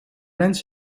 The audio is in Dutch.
lens